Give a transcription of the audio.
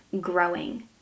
growing